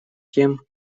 кем